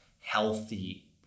healthy